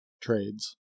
trades